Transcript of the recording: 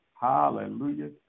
Hallelujah